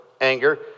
anger